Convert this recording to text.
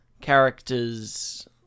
characters